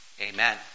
Amen